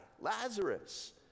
lazarus